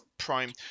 Prime